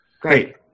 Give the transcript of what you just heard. Great